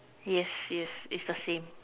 yes yes is the same